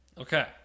okay